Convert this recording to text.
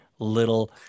little